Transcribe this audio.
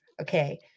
okay